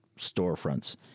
storefronts